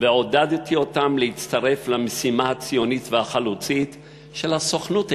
ועודדתי אותם להצטרף למשימה הציונית והחלוצית של הסוכנות היהודית,